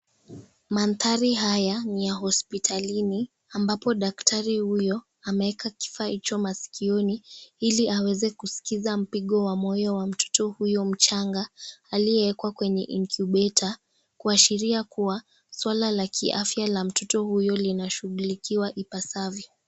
Mandhari haya ni ya hospitalini ambapo daktari huyo ameweka kifaa hicho maskioni hili aweze kuskiza mpigo wa moyo wa mtoto huyo mchanga aliye wekwa kwenye incubator kuashiria kuwa swala la kiafya la mtoto huyo linashughulikiwa ipasavyo.